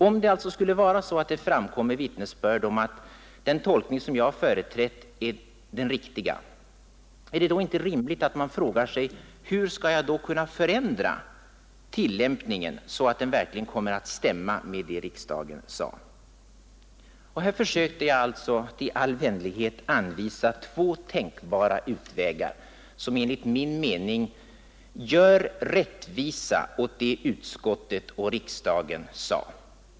Om det alltså skulle framkomma vittnesbörd om att den tolkning jag företräder är den riktiga, är det då inte rimligt att man frågar sig hur man skall kunna förändra tillämpningen så att den verkligen kommer att stämma med vad riksdagen sagt? Här försökte jag i all vänlighet anvisa två tänkbara utvägar, som enligt min mening gör rättvisa åt vad utskottet och riksdagen anfört.